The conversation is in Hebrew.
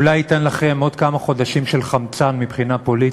אולי ייתן לכם עוד כמה חודשים של חמצן מבחינה פוליטית,